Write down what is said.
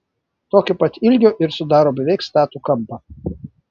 tokio pat ilgio ir sudaro beveik statų kampą